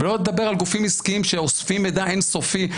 ושלא נדבר על גופים עסקיים שאוספים מידע אין סופי.